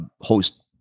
host